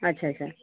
अच्छा अच्छा